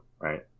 Right